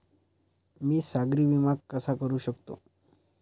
मी सागरी विमा कसा करू शकतो?